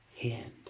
hand